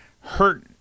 hurt